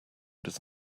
does